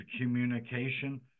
communication